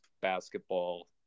basketball